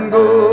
go